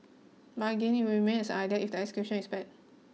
but again it will remain as an idea if the execution is bad